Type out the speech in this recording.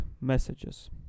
messages